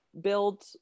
build